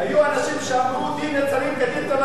היו אנשים שאמרו: דין נצרים כדין תל-אביב,